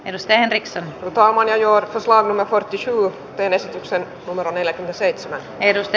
ennusteen riksen laumoja joita varma korttiuu teen esityksen numero neljäkymmentäseitsemän edusti